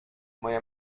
moja